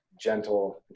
gentle